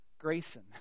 Grayson